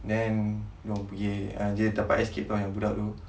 then diorang pergi dia dapat escape ah budak tu